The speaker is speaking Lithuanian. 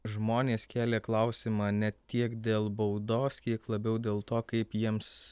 žmonės kėlė klausimą ne tiek dėl baudos kiek labiau dėl to kaip jiems